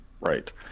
right